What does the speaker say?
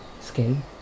skin